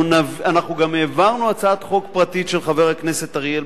אנחנו גם העברנו בשבוע שעבר הצעת חוק פרטית של חבר הכנסת אריאל,